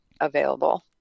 available